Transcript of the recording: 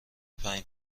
پنج